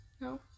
No